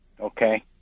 Okay